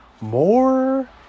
more